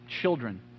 children